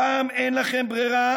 הפעם אין לכם ברירה.